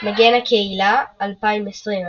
מגן הקהילה 2020,